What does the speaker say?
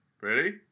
Ready